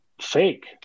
fake